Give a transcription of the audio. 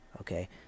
okay